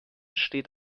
steht